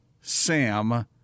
Sam